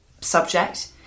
subject